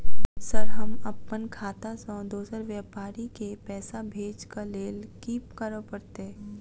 Sir हम अप्पन खाता सऽ दोसर व्यापारी केँ पैसा भेजक लेल की करऽ पड़तै?